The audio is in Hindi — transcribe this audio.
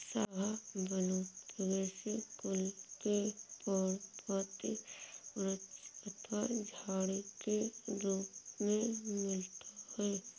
शाहबलूत फैगेसी कुल के पर्णपाती वृक्ष अथवा झाड़ी के रूप में मिलता है